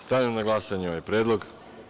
Stavljam na glasanje ovaj predlog.